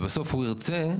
ובסוף הוא ירצה,